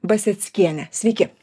baseckiene sveiki